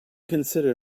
consider